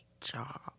job